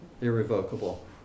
Irrevocable